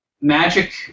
magic